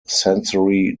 sensory